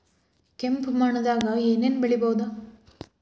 ಕೆಂಪು ಮಣ್ಣದಾಗ ಏನ್ ಏನ್ ಬೆಳಿಬೊದು?